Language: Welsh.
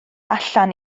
allan